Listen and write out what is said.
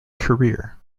career